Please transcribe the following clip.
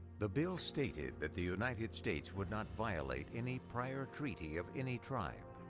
the bill stated that the united states would not violate any prior treaty of any tribe.